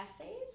essays